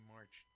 March